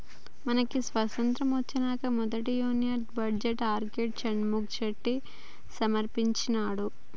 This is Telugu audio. మనకి స్వతంత్రం ఒచ్చినంక మొదటి union budget R K Shanmukham Chetty సమర్పించినాడు